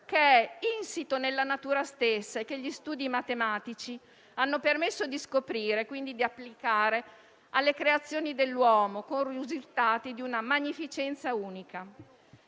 parti insito nella natura stessa, che gli studi matematici hanno permesso di scoprire e quindi di applicare alle creazioni dell'uomo, con risultati di una magnificenza unica.